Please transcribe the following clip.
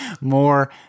more